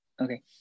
Okay